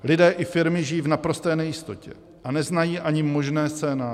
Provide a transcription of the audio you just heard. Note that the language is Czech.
Lidé i firmy žijí v naprosté nejistotě a neznají ani možné scénáře.